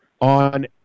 on